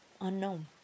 unknown